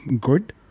good